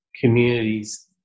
communities